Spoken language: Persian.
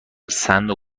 صندوق